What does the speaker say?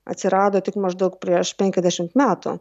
atsirado tik maždaug prieš penkiasdešim metų